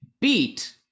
beat